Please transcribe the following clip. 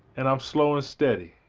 and i'm slow and steady,